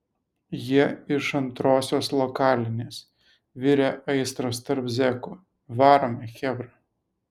jie iš antrosios lokalinės virė aistros tarp zekų varome chebra